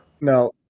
No